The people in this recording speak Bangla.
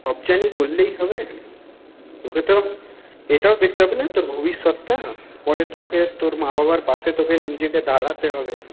সব জানি বললেই হবে তোকে তো এটাও দেখতে হবে না তোর ভবিষ্যৎটা পরে তোকে তোর মা বাবার পাশে তোকে নিজেকে দাঁড়াতে হবে